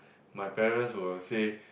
my parents will say